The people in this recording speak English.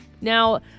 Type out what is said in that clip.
Now